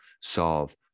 solve